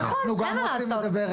נכון, אין מה לעשות.